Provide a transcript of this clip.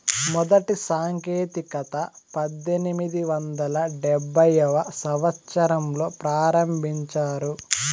మొదటి సాంకేతికత పద్దెనిమిది వందల డెబ్భైవ సంవచ్చరంలో ప్రారంభించారు